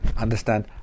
understand